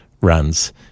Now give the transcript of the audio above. runs